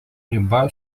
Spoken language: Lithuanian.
riba